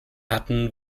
hatten